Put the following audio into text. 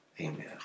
amen